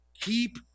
Keep